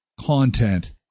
content